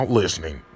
listening